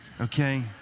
okay